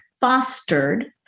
fostered